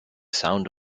sound